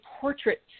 portrait